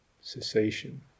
cessation